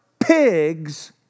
pigs